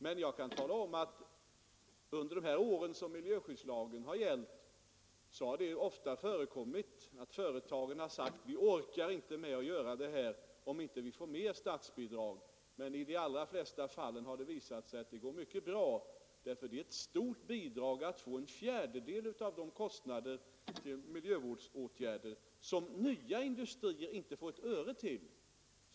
Men jag kan tala om, att under de år som miljöskyddslagen gällt har det ofta förekommit att företagen sagt: Vi orkar inte med att göra det här om vi inte få mer statsbidrag. I de allra flesta fallen har det emellertid visat sig att det går mycket bra, därför att det är en mycket god hjälp att få statsbidrag med en fjärdedel av de kostnader för miljövårdsåtgärder som nya industrier inte får ett öre till.